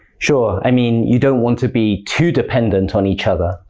sure, i mean, you don't want to be too dependent on each other.